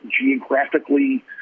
geographically